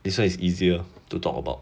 this one is easier to talk about